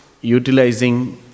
utilizing